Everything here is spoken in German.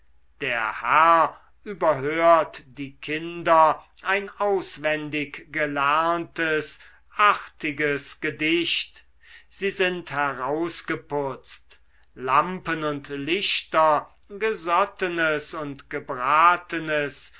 der herr überhört die kinder ein auswendig gelerntes artiges gedicht sie sind herausgeputzt lampen und lichter gesottenes und gebratenes